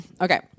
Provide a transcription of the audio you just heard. Okay